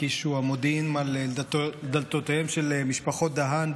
הקישו המודיעים על דלתותיהם של משפחות דהן,